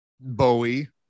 Bowie